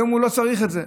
היום הוא לא צריך את זה,